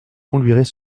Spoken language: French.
conduirait